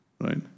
right